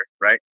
right